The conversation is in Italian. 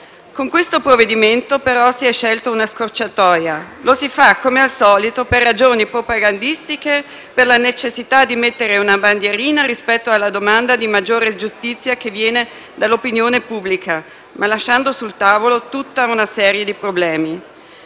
Con il provvedimento in esame, però, si è scelta una scorciatoia. Lo si fa, come al solito, per ragioni propagandistiche, per la necessità di mettere una bandierina rispetto alla domanda di maggiore giustizia che viene dall'opinione pubblica, ma lasciando sul tavolo tutta una serie di problemi.